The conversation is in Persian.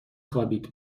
خوابید